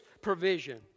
provision